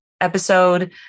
episode